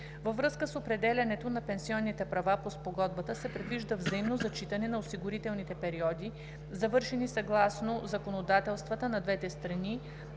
Във връзка с определянето на пенсионните права по Спогодбата се предвижда взаимно зачитане на осигурителните периоди, завършени съгласно законодателствата на двете страни,